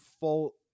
full